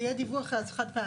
אתה רוצה שזה יהיה דיווח חד פעמי?